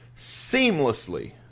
seamlessly